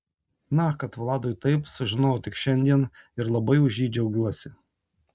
na kad vladui taip sužinojau tik šiandien ir labai už jį džiaugiuosi